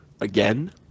again